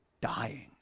dying